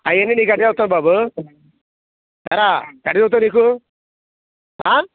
అవన్నీ నీకు ఎట్లా చెప్తాము బాబు ఏరా ఎట్లా చెప్తా నీకు